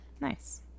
Nice